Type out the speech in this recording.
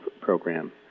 program